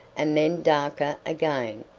and then darker again,